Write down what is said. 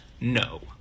No